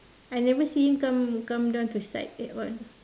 I never see him come come down to site at all